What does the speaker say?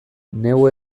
neu